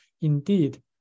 indeed